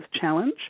challenge